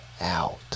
out